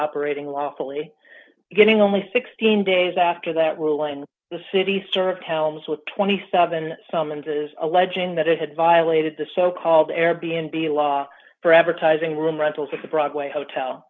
operating lawfully getting only sixteen days after that ruling the city star towns with twenty seven summonses alleging that it had violated the so called air b n b law for advertising room rentals at the broadway hotel